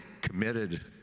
committed